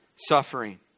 suffering